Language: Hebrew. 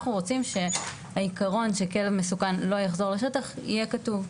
אנחנו רוצים שהעיקרון שכלב מסוכן לא יחזור לשטח יהיה כתוב,